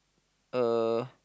uh